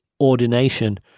ordination